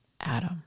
Adam